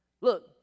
Look